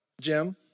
Jim